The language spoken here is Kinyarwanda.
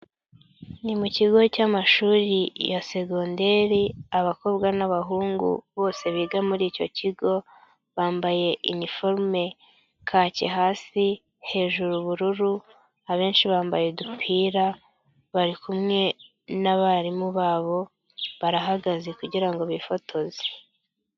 Ni mu kigo cy'amashuri ya segonderi abakobwa n'abahungu bose biga muri icyo kigo bambaye iniforome kake hasi, hejuru ubururu. Abenshi bambaye udupira barikumwe n'abarimu babo barahagaze kugirango bifotoze.